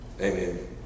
amen